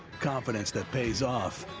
confidence that pays off.